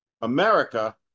America